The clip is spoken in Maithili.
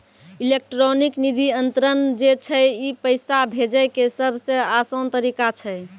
इलेक्ट्रानिक निधि अन्तरन जे छै ई पैसा भेजै के सभ से असान तरिका छै